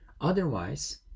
Otherwise